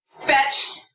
fetch